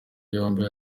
yombi